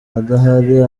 adahari